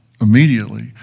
immediately